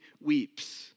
weeps